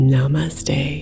Namaste